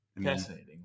Fascinating